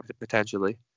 potentially